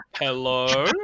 Hello